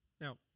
Now